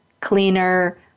cleaner